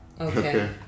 Okay